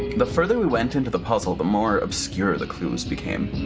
the further we went into the puzzle, the more obscure the clues became.